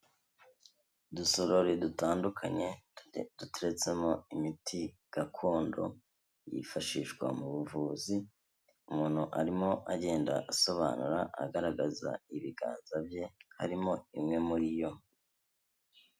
Udusorori dutandukanye duteretsemo imiti gakondo yifashishwa mu buvuzi, umuntu arimo agenda asobanura agaragaza ibiganza bye, harimo imwe muri yo.